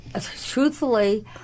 truthfully